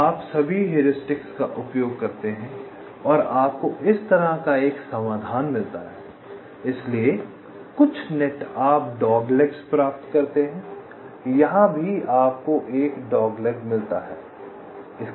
इसलिए आप सभी हेउरिस्टिक का उपयोग करते हैं और आपको इस तरह का एक समाधान मिलता है इसीलिए कुछ नेट आप डॉगलेगस प्राप्त करते हैं यहाँ भी आपको एक डॉगलेग मिलता है